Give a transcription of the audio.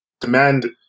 demand